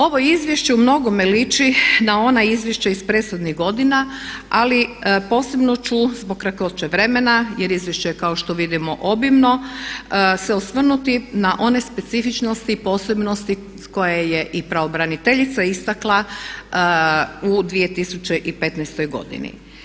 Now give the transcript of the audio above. Ovo izvješće u mnogome liči na ona izvješća iz prethodnih godina, ali posebno ću zbog kratkoće vremena, jer izvješće je kao što vidimo obimno se osvrnuti na one specifičnosti i posebnosti koje je i pravobraniteljica istakla u 2015. godini.